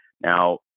Now